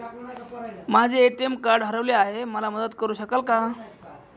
माझे ATM card हरवले आहे, मला मदत करु शकाल का?